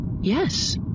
Yes